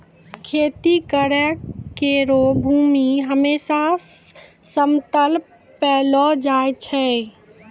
खेती करै केरो भूमि हमेसा समतल पैलो जाय छै